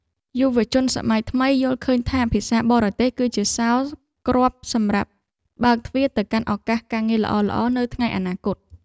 យុវជនសម័យថ្មីយល់ឃើញថាភាសាបរទេសគឺជាសោរគ្រាប់សម្រាប់បើកទ្វារទៅកាន់ឱកាសការងារល្អៗនៅថ្ងៃអនាគត។